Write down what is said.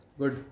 good